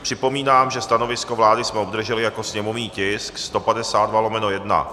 Připomínám, že stanovisko vlády jsme obdrželi jako sněmovní tisk 152/1.